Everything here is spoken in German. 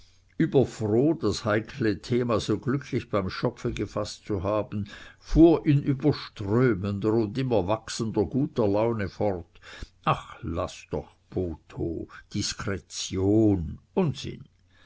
überfroh das heikle thema so glücklich beim schopfe gefaßt zu haben fuhr in überströmender und immer wachsender guter laune fort ach laß doch botho diskretion unsinn